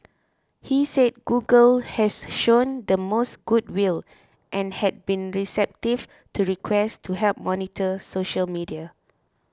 he said Google has shown the most good will and had been receptive to requests to help monitor social media